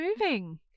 moving